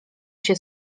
się